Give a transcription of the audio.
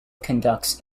conducts